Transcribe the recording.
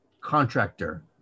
contractor